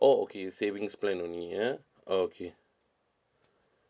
oh okay savings plan only ya okay